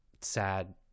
sad